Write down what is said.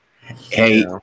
hey